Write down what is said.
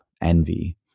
Envy